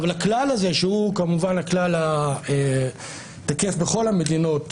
לכלל הזה שהוא כמובן הכלל התקף בכל המדינות,